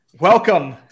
Welcome